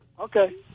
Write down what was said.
Okay